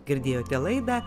girdėjote laidą